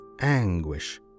anguish